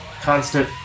constant